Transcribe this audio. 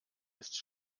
ist